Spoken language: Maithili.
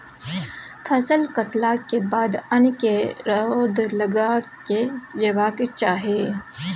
फसल कटलाक बाद अन्न केँ रौद लगाएल जेबाक चाही